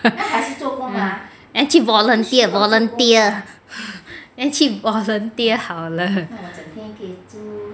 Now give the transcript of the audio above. then 去 volunteer volunteer then 去好了